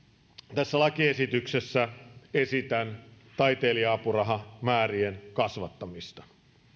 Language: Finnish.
tässä lakiesityksessä esitän taiteilija apurahamäärien kasvattamista